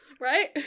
Right